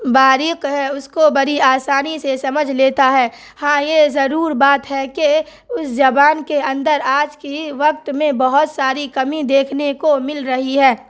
باریک ہے اس کو بڑی آسانی سے سمجھ لیتا ہے ہاں یہ ضرور بات ہے کہ اس زبان کے اندر آج کی وقت میں بہت ساری کمی دیکھنے کو مل رہی ہے